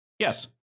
Yes